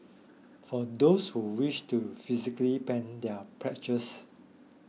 for those who wish to physically pen their pledges